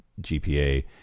GPA